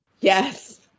Yes